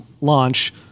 launch